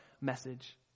message